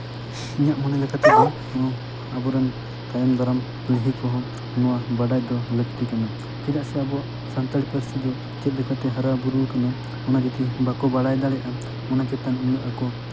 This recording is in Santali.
ᱤᱧᱟᱹᱜ ᱢᱚᱱᱮ ᱞᱮᱠᱟ ᱛᱮᱫᱚ ᱱᱚᱣᱟ ᱟᱵᱚᱨᱮᱱ ᱛᱟᱭᱚᱢ ᱫᱟᱨᱟᱢ ᱯᱤᱲᱦᱤ ᱠᱚᱦᱚᱸ ᱱᱚᱣᱟ ᱵᱟᱰᱟᱭ ᱫᱚ ᱞᱟᱹᱠᱛᱤ ᱠᱟᱱᱟ ᱪᱮᱫᱟᱜ ᱥᱮ ᱟᱵᱚᱣᱟᱜ ᱥᱟᱱᱛᱟᱲᱤ ᱯᱟᱹᱨᱥᱤ ᱫᱚ ᱪᱮᱫ ᱞᱮᱠᱟᱛᱮ ᱦᱟᱨᱟᱼᱵᱩᱨᱩ ᱠᱟᱱᱟ ᱚᱱᱟ ᱡᱩᱫᱤ ᱵᱟᱠᱚ ᱵᱟᱲᱟᱭ ᱫᱟᱲᱮᱭᱟᱜᱼᱟ ᱚᱱᱟ ᱪᱮᱛᱟᱱ ᱩᱱᱟᱹᱜ ᱟᱠᱚ